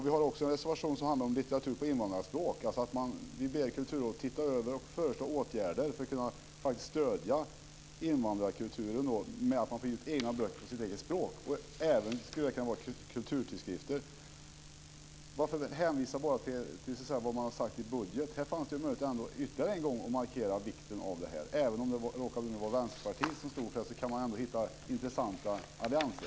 Vi har också en reservation som handlar om litteratur på invandrarspråk. Vi vill att man ska be Kulturrådet att se över detta och föreslå åtgärder för att stödja invandrarkulturer när det gäller utgivning av böcker på det egna språket. Det skulle även kunna gälla kulturtidskrifter. Varför ska man bara hänvisa till det man sagt i budgetförslaget? Här fanns det ju en möjlighet att än en gång markera vikten av detta, även om det nu råkar vara Vänsterpartiet som står för reservationen. Man kan ju hitta intressanta allianser.